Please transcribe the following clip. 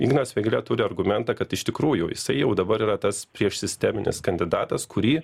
ignas vėgėlė turi argumentą kad iš tikrųjų jisai jau dabar yra tas priešsisteminis kandidatas kurį